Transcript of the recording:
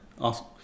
Awesome